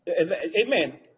Amen